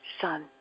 son